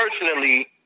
personally